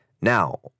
Now